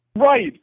Right